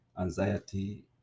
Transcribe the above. anxiety